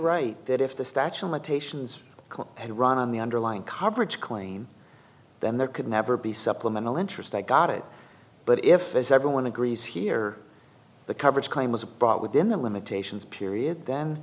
right that if the statue of limitations had run on the underlying coverage claim then there could never be supplemental interest i got it but if as everyone agrees here the coverage claim is a brought within the limitations period th